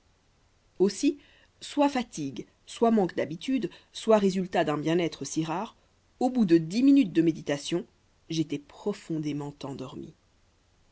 aussi soit fatigue soit manque d'habitude soit résultat d'un bien-être si rare au bout de dix minutes de méditation j'étais profondément endormi